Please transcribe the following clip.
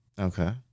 Okay